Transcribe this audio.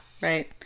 right